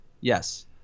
Yes